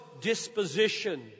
disposition